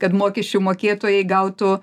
kad mokesčių mokėtojai gautų